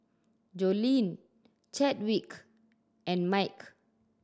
Joleen Chadwick and Mike